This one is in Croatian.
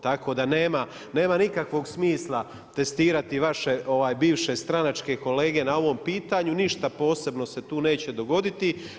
Tako da nema, nema nikakvog smisla testirati vaše bivše stranačke kolege na ovom pitanju, ništa posebno se tu neće dogoditi.